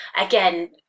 Again